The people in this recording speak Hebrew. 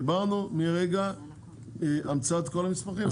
דיברנו מרגע המצאת כל המסמכים.